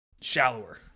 shallower